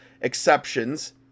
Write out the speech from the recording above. exceptions